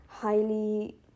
Highly